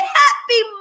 happy